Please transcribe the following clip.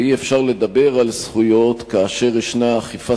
ואי-אפשר לדבר על זכויות כאשר יש אכיפה